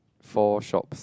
four shops